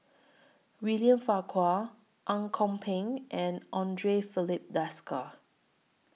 William Farquhar Ang Kok Peng and Andre Filipe Desker